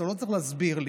אתה לא צריך להסביר לי,